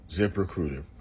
ZipRecruiter